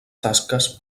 tasques